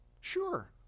Sure